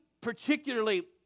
particularly